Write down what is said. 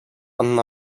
anna